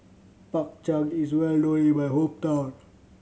Bak Chang is well known in my hometown